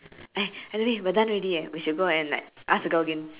eh anyway we are done already eh we should go and like ask the girl again